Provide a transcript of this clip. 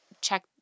check